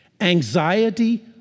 Anxiety